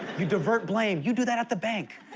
you divert blame, you do that at the bank.